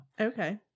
Okay